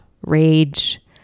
rage